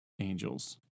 angels